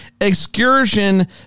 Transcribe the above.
excursion